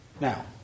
Now